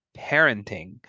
parenting